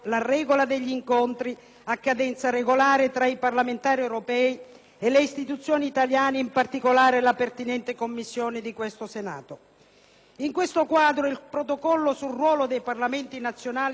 e le istituzioni italiane, in particolare la pertinente Commissione di questo Senato. In questo quadro, il Protocollo sul ruolo dei Parlamenti nazionali stabilisce una serie di obblighi di informazione e misure di trasparenza